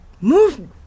move